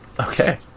Okay